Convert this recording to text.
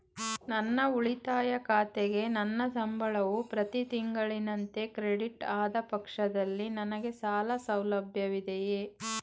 ನನ್ನ ಉಳಿತಾಯ ಖಾತೆಗೆ ನನ್ನ ಸಂಬಳವು ಪ್ರತಿ ತಿಂಗಳಿನಂತೆ ಕ್ರೆಡಿಟ್ ಆದ ಪಕ್ಷದಲ್ಲಿ ನನಗೆ ಸಾಲ ಸೌಲಭ್ಯವಿದೆಯೇ?